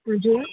हजुर